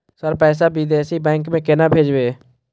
Sir पैसा विदेशी bank में केना भेजबे?